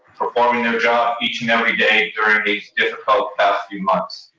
performing their job each and every day during these difficult, testing months.